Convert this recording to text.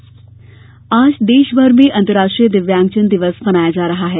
दिव्यांग दिवस आज देशभर में अन्तर्राष्ट्रीय दिव्यांगजन दिवस मनाया जा रहा है